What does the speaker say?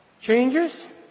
Changes